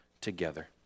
together